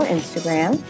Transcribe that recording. Instagram